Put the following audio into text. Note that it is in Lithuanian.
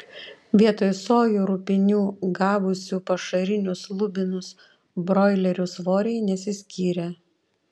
vietoj sojų rupinių gavusių pašarinius lubinus broilerių svoriai nesiskyrė